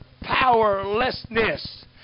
powerlessness